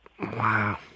Wow